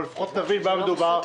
או לפחות נבין במה מדובר,